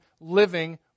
living